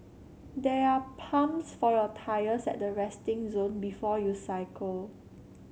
there are pumps for your tyres at the resting zone before you cycle